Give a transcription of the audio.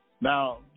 Now